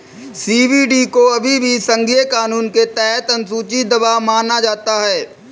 CBD को अभी भी संघीय कानून के तहत अनुसूची दवा माना जाता है